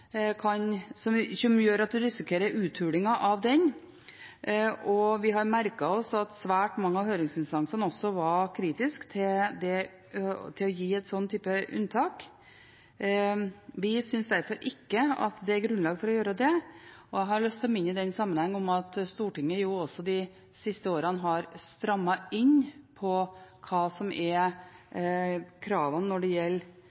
gjør at en risikerer uthuling av den, og vi har merket oss at svært mange av høringsinstansene også var kritiske til å gi en slik type unntak. Vi synes derfor ikke det er grunnlag for å gjøre det. Jeg har i denne sammenhengen lyst til å minne om at Stortinget de siste årene har strammet inn på kravene, og hva vi ønsker, når det